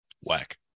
Whack